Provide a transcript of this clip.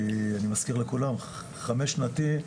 אני מזכיר לכולם, חמש שנתי,